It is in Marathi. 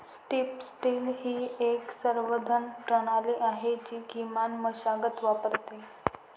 स्ट्रीप टिल ही एक संवर्धन प्रणाली आहे जी किमान मशागत वापरते